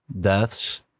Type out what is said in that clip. deaths